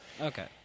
Okay